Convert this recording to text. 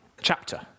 chapter